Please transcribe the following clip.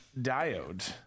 diode